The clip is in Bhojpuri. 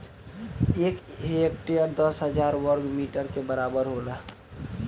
एक हेक्टेयर दस हजार वर्ग मीटर के बराबर होला